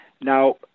Now